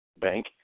bank